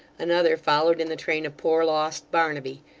another followed in the train of poor lost barnaby,